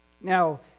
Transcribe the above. Now